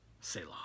Selah